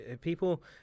people